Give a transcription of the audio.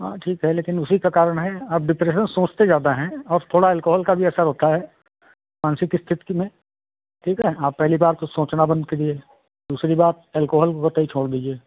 हाँ ठीक है लेकिन उसी का कारण है अब डिप्रेशन सोचते ज़्यादा हैं और थोड़ा अल्कोहल का भी असर होता है मानसिक स्थितिकी में ठीक है आप पहली बार तो सोचना बंद करिए दूसरी बात अल्कोहल को कतई छोड़ दीजिए